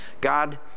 God